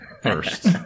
first